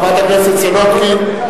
חברת הכנסת סולודקין,